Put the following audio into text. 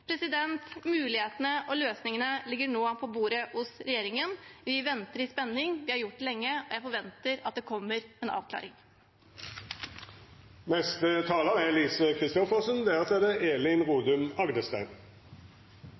Mulighetene og løsningene ligger nå på bordet hos regjeringen. Vi venter i spenning, vi har gjort det lenge, og jeg forventer at det kommer en avklaring.